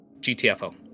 GTFO